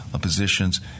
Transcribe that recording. positions